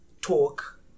talk